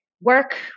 work